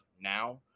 now